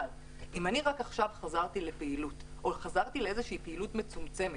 אבל אם אני רק עכשיו חזרתי לפעילות או חזרתי לפעילות מצומצמת,